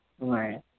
Right